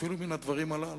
אפילו מן הדברים הללו.